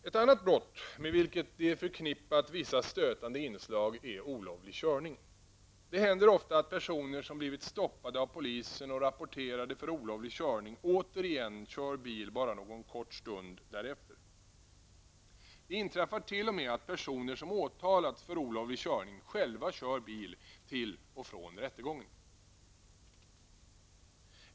Ett annat brott som är förknippat med vissa stötande inslag är olovlig körning. Det händer ofta att personer som blivit stoppade av polisen och rapporterade för olovlig körning återigen kör bil bara en kort stund därefter. Det inträffar t.o.m. att personer som har åtalats för olovlig körning själva kör bil till och från rättegången.